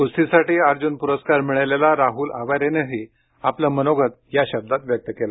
कुस्तीसाठी अर्जुन पुरस्कार मिळालेला राहुल आवारेनंही आपलं मनोगत व्यक्त केलं